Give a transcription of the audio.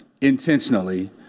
intentionally